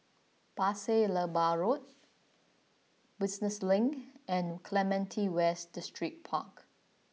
Pasir Laba Road Business Link and Clementi West Distripark